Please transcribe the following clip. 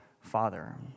Father